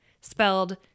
spelled